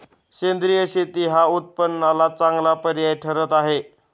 सेंद्रिय शेती हा उत्पन्नाला चांगला पर्याय ठरत आहे